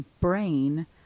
brain